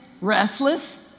restless